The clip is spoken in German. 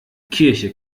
kirche